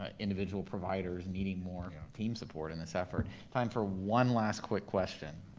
ah individual providers needing more team support in this effort. time for one last quick question.